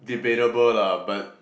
debatable lah but